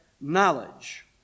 knowledge